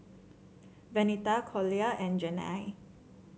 Venita Collier and Janae